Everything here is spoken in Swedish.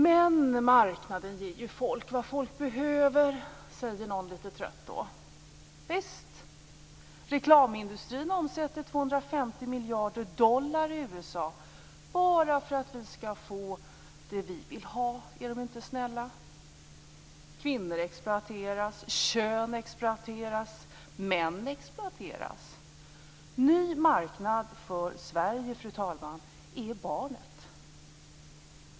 Men marknaden ger ju folk vad folk behöver, säger någon litet trött. Visst, reklamindustrin omsätter 250 miljarder dollar i USA bara för att vi skall få det vi vill ha. Är de inte snälla? Kvinnor exploateras, kön exploateras, män exploateras. En ny marknad för Sverige, fru talman, är barnet.